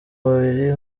babiri